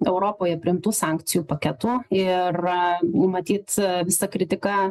europoje priimtų sankcijų paketų ir matyt visa kritika